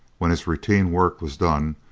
when his routine work was done,